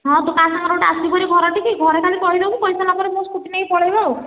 ହଁ ତୁ କାମ କରେ ଗୋଟେ ଆସିବୁ ଭାରି ଘରଠିକି ଘରେ ଖାଲି କହିଦେବୁ କହିସାରିଲା ପରେ ମୋ ସ୍କୁଟି ନେଇକି ପଳାଇବା ଆଉ